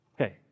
Okay